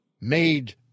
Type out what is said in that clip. made